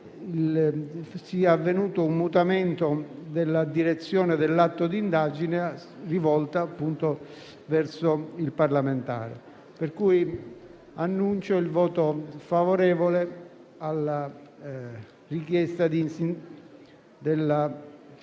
sia avvenuto un mutamento della direzione dell'atto di indagine rivolta verso il parlamentare. Annuncio pertanto il voto favorevole alla richiesta della